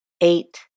eight